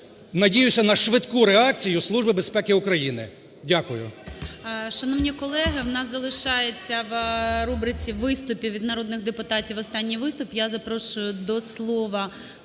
надіюсь на швидку реакцію Служби безпеки України. Дякую.